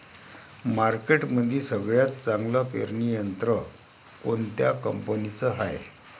मार्केटमंदी सगळ्यात चांगलं पेरणी यंत्र कोनत्या कंपनीचं हाये?